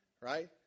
Right